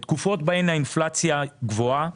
בתקופות שבהן האינפלציה גבוהה,